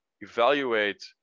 evaluate